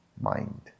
mind